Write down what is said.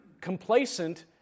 complacent